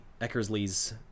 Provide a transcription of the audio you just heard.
Eckersley's